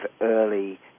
early